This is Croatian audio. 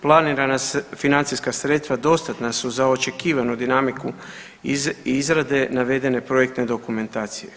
Planirana financijska sredstva dostatna su za očekivanu dinamiku izrade navedene projektne dokumentacije.